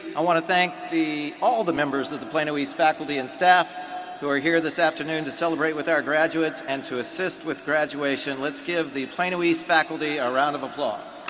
i want to thank the all the members of the plano east faculty and staff who are here this afternoon to celebrate with our graduates and to assist with graduation let's give the plano east faculty a round of applause.